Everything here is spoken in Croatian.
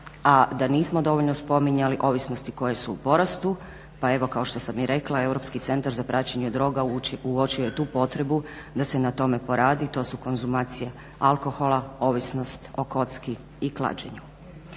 a da nismo dovoljno spominjali ovisnosti koje su u porastu. Pa evo kao što sam i rekla, Europski centar za praćenje droga uočio je tu potrebu da se na tome poradi, to su konzumacija alkohola, ovisnost o kocki i klađenju.